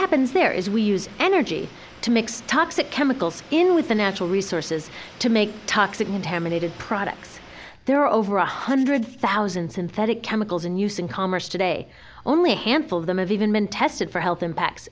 happens there is we use energy to mix toxic chemicals in with the natural resources to make toxic intamin dated products there are over one hundred thousand synthetic chemicals in use in commerce today only a handful of them have even been tested for health impact